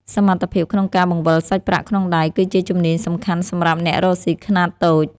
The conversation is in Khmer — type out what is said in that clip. សមត្ថភាពក្នុងការបង្វិលសាច់ប្រាក់ក្នុងដៃ គឺជាជំនាញសំខាន់សម្រាប់អ្នករកស៊ីខ្នាតតូច។